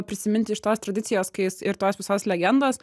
prisiminti šitos tradicijos kai jis ir tos visos legendos